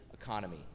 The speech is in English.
economy